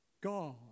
God